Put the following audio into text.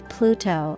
Pluto